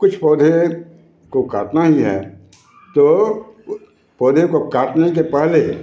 कुछ पौधे को काटना ही है तो पौधे को काटने के पहले